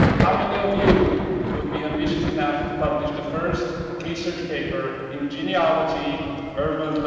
how many of you would be ambitious enough to publish the first research paper in genealogy urban